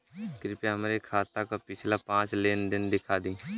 कृपया हमरे खाता क पिछला पांच लेन देन दिखा दी